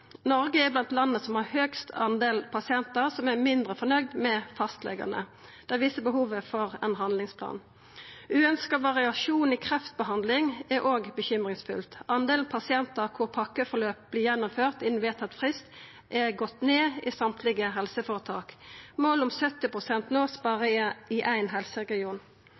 Noreg er blant dei landa med flest pasientar som er mindre fornøgde med fastlegane. Det viser behovet for ein handlingsplan. Uønskt variasjon i kreftbehandling er òg urovekkjande. Talet på pasientar der pakkeforløp vert gjennomført innan vedtatt frist, er gått ned i alle helseføretak. Målet om 70 pst. vert berre nådd i éin helseregion.